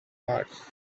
mars